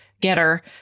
getter